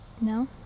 No